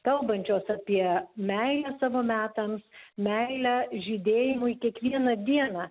kalbančios apie meilę savo metams meilę žydėjimui kiekvieną dieną